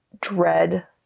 dread